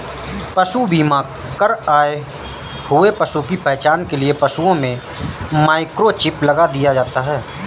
पशु बीमा कर आए हुए पशु की पहचान के लिए पशुओं में माइक्रोचिप लगा दिया जाता है